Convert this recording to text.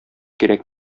кирәк